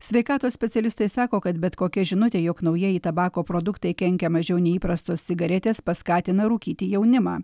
sveikatos specialistai sako kad bet kokia žinutė jog naujieji tabako produktai kenkia mažiau nei įprastos cigaretės paskatina rūkyti jaunimą